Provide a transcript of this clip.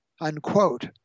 unquote